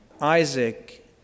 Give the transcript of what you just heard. Isaac